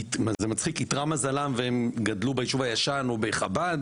איתרע מזלם והם גדלו ביישוב הישן או בחב"ד